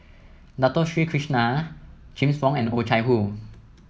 Dato Sri Krishna James Wong and Oh Chai Hoo